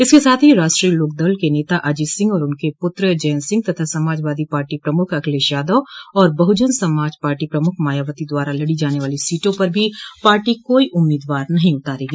इसके साथ ही राष्ट्रीय लोकदल के नेता अजित सिंह और उनके पुत्र जयन्त सिंह तथा समाजवादी पार्टी प्रमुख अखिलेश यादव और बहुजन समाज पार्टी प्रमुख मायावती द्वारा लड़ी जाने वाली सीटों पर भी पार्टी कोई उम्मीदवार नहीं उतारेगी